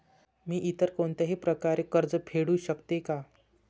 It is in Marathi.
मी इतर कोणत्याही प्रकारे कर्ज फेडू शकते का?